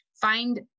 find